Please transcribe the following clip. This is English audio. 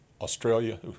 Australia